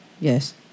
Yes